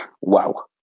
Wow